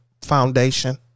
Foundation